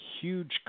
huge